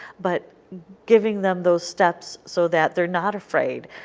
but giving them those steps so that they are not afraid.